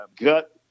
gut